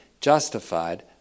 justified